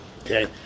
okay